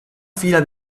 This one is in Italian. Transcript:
fila